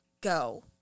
go